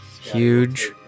huge